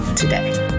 today